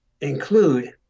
include